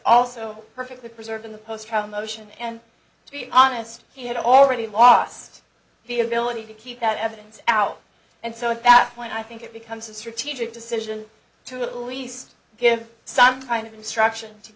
also perfectly preserved in the post trial motion and to be honest he had already lost the ability to keep that evidence out and so at that point i think it becomes a strategic decision to at least give some kind of instruction to